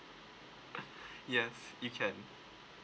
yes you can